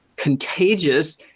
contagious